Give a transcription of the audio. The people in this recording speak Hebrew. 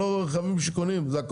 כל ההערות שאתה העברת וכל